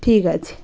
ঠিক আছে